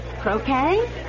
Croquet